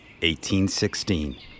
1816